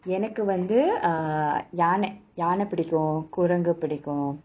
எனக்கு வந்து:enakku vanthu err யான யான பிடிக்கும் குரங்கு பிடிக்கும்:yaana yaana pidikum kurangu pidikkum